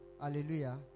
hallelujah